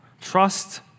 trust